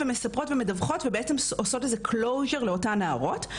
מספרות ומדווחות ובעצם עושות איזה שהוא קלאווז'ר לאותן נערות.